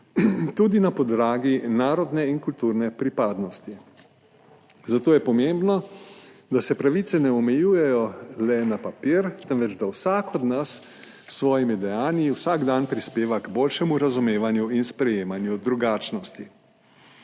tudi na podlagi narodne in kulturne pripadnosti. Zato je pomembno, da se pravice ne omejujejo le na papir, temveč da vsak od nas s svojimi dejanji vsak dan prispeva k boljšemu razumevanju in sprejemanju drugačnosti.